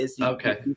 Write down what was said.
Okay